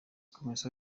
komisiyo